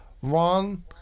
One